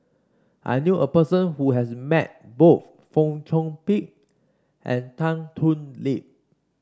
I knew a person who has met both Fong Chong Pik and Tan Thoon Lip